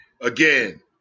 Again